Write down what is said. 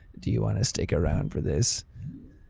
do you want to stick around for this?